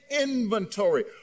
inventory